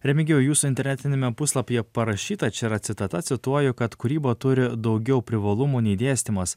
remigijau jūsų internetiniame puslapyje parašyta čia yra citata cituoju kad kūryba turi daugiau privalumų nei dėstymas